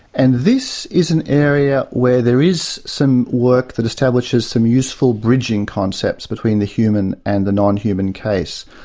and this is an area where there is some work that establishes some useful bridging concepts between the human and the non-human case.